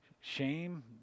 Shame